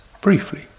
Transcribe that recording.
briefly